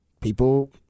People